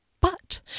But